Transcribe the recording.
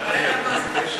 בשעה טובה.